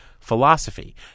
Philosophy